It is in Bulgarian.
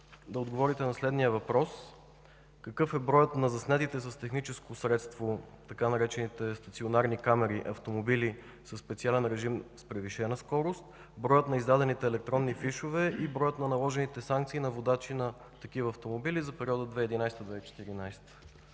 да отговорите на следния въпрос: какъв е броят на заснетите с техническо средство, така наречените „стационарни камери”, автомобили със специален режим, с превишена скорост, броят на издадените електронни фишове и броят на наложените санкции на водачи на такива автомобили за периода 2011 – 2014